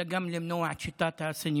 אלא גם למנוע את שיטת הסניוריטי,